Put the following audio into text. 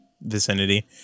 vicinity